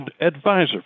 advisor